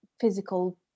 physical